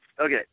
okay